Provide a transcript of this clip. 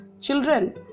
Children